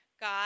God